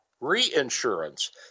reinsurance